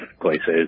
places